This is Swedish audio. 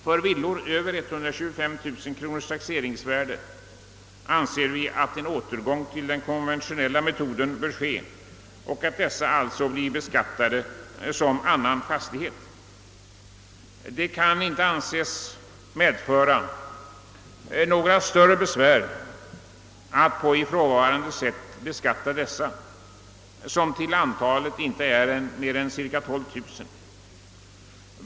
För villor med taxeringsvärden över 125 000 kronor anser vi en återgång till den konventionella metoden vara lämplig, d.v.s. att ifrågavarande villor beskattas på samma sätt som annan fastighet. Detta kan inte anses medföra några större besvär för taxeringsmyndigheterna, eftersom det inte rör sig om mer än cirka 12 000 villor.